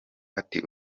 ati